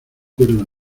cuerdo